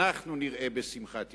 אנחנו נראה בשמחת ירושלים.